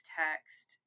text